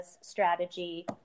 strategy